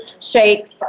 shakes